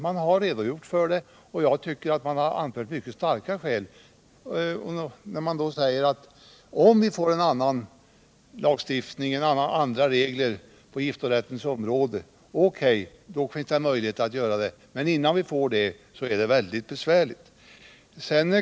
Man har redogjort för förhållandena, och jag tycker man har anfört mycket starka skäl när man säger att om vi får andra regler på giftorättens område finns det möjligheter till en förändring, men innan vi får det är läget väldigt besvärligt.